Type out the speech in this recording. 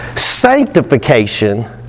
Sanctification